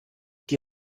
die